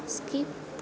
skip